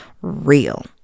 real